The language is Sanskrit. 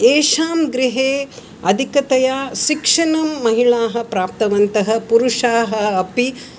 येषां गृहे अधिकतया शिक्षणं महिलाः प्राप्तवन्तः पुरुषाः अपि